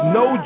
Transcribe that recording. no